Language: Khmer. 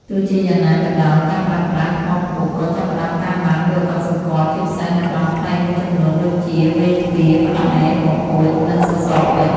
ទោះជាយ៉ាងណាក៏ដោយ ការប្រើប្រាស់ ថ្មភក់ ក៏ចាប់ផ្តើមកើនឡើងគួរឱ្យកត់សម្គាល់ ជាពិសេសនៅត្រង់ផ្នែកមួយចំនួនដូចជា មេទ្វារ ផ្តែរ បង្អួច និងសសរពេជ្រ។